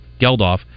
Geldof